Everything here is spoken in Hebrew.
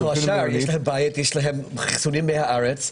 יש להם חיסונים מהארץ.